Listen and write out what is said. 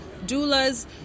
doulas